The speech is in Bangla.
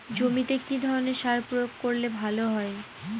জমিতে কি ধরনের সার প্রয়োগ করলে ভালো হয়?